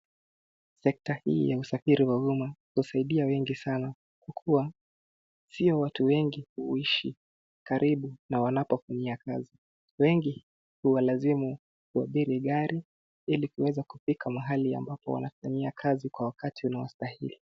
Sekta hii ya usafiri wa umma husaidia wengi sana kwa kuwa sio watu wengi huishi karibu na wanapofanyia kazi. Wengi, huwalazimu kuabiri gari ili kuweza kufika mahali ambapo wanapofanyia kazi kwa wakati unaostahili.